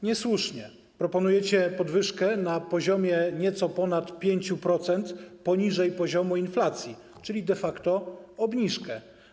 Niesłusznie, proponujecie podwyżkę na poziomie nieco ponad 5%, poniżej poziomu inflacji, czyli de facto obniżkę.